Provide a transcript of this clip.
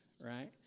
right